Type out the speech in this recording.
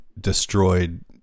destroyed